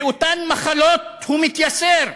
באותן מחלות הוא מתייסר?